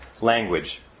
language